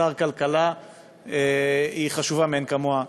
שר כלכלה היא חשובה מאין כמוה.